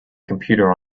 computer